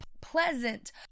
pleasant